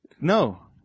No